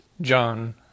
John